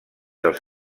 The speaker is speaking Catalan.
els